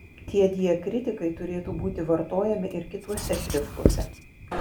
tie diakritikai turėtų būti vartojami ir kituose šriftuose